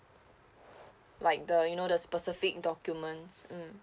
like the you know the specific documents mm